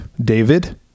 David